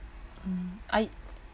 mm i